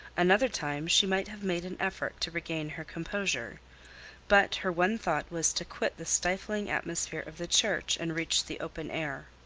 another time she might have made an effort to regain her composure but her one thought was to quit the stifling atmosphere of the church and reach the open air.